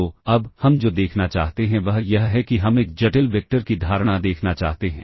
तो अब हम जो देखना चाहते हैं वह यह है कि हम एक जटिल वेक्टर की धारणा देखना चाहते हैं